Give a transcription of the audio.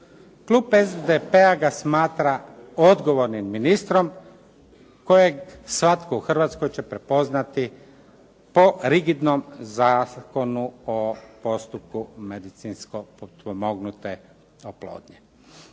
Klub SDP-a ga smatra odgovornim ministrom kojeg svatko u Hrvatskoj će prepoznati po rigidnom Zakonu o postupku medicinski potpomognute oplodnje,